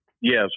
Yes